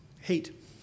hate